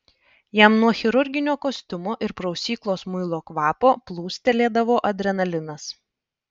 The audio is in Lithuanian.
jam nuo chirurginio kostiumo ir prausyklos muilo kvapo plūstelėdavo adrenalinas